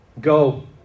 Go